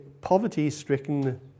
poverty-stricken